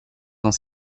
dans